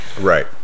right